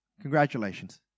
Congratulations